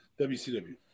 WCW